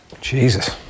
Jesus